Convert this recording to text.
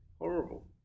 horrible